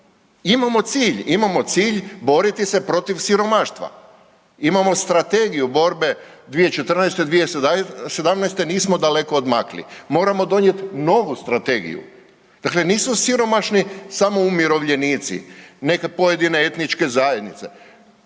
Imamo cilj, imamo cilj boriti se protiv siromaštva. Imamo Strategiju borbe 2014.-2017., nismo daleko odmakli. Moramo donijeti novu strategiju. Dakle, nisu siromašni samo umirovljenici, neke pojedine etničke zajednice.